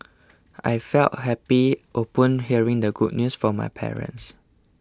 I felt happy upon hearing the good news from my parents